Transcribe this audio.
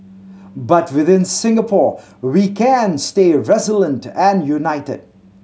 but within Singapore we can stay resilient and united